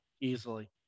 Easily